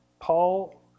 Paul